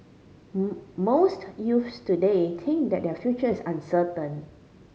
most youths today think that their future is uncertain